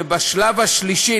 בשלב השלישי,